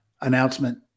announcement